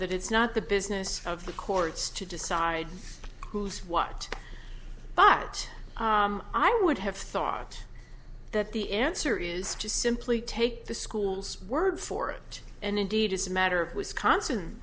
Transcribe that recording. that it's not the business of the courts to decide who is what but i would have thought that the answer is to simply take the school's word for it and indeed as a matter of wisconsin